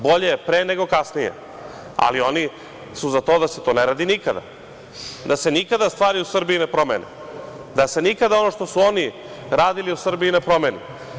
Bolje je pre nego kasnije, ali oni su za to da se to ne radi nikada, da se nikada stvari u Srbiji ne promene, da se nikada ono što su oni radili u Srbiji ne promeni.